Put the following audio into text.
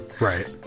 Right